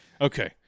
Okay